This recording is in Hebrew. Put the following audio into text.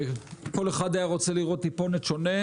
כל אחד היה רוצה לראות טיפה שונה,